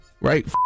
Right